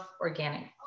organic